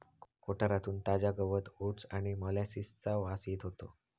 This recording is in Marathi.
कोठारातून ताजा गवत ओट्स आणि मोलॅसिसचा वास येत होतो